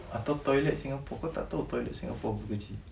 atau toilet singapore kau tak tahu toilet singapore berapa kecik